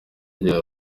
agira